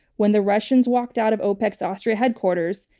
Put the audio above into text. when the russians walked out of opec's austria headquarters,